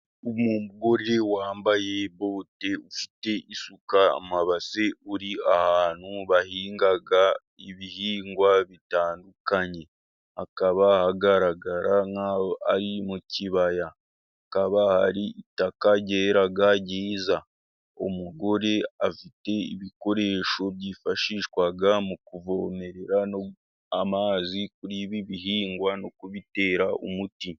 Umugore wambaye bote, ufite isuka amabase, uri ahantu bahinga ibihingwa bitandukanye, akaba agaragara nk'aho ari mu kibaya, hakaba hari itaka ryera ryiza. Umugoreri afite ibikoresho byifashishwa mu kuvomerera amazi kuri ibi bihingwa no kubitera umuti.